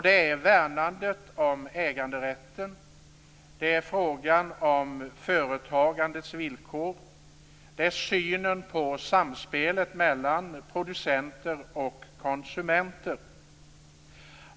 Det är värnandet om äganderätten, det är frågan om företagandets villkor och det är synen på samspelet mellan producenter och konsumenter.